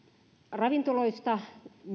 ravintoloista myyty